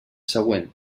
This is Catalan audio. següent